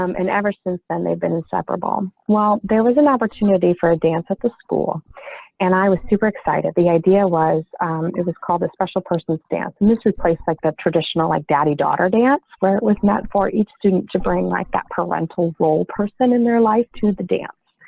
um and ever since then they've been inseparable. well, there was an opportunity for a dance at the school and i was super excited. the idea was it was called a special person stance, mrs place like the traditional like daddy daughter dance where it was not for each student to bring like that parental role person in their life to the dance.